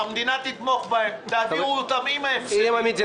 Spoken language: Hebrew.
המדינה תתמוך בהם, תעביר אותם עם ההפסדים.